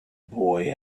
boy